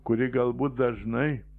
kuri galbūt dažnai